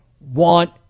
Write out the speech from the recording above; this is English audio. want